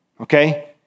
Okay